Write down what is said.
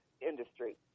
industry